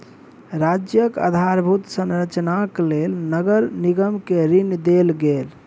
राज्यक आधारभूत संरचनाक लेल नगर निगम के ऋण देल गेल